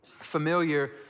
familiar